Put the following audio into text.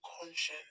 conscience